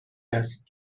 است